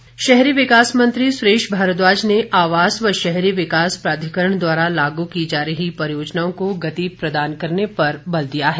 भारद्वाज शहरी विकास मंत्री सुरेश भारद्वाज ने आवास वं शहरी विकास प्राधिकरण द्वारा लागू की जा रही परियोजनाओं को गति प्रदान करने पर बल दिया है